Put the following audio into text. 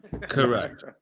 Correct